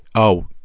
oh,